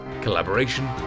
collaboration